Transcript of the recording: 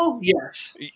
yes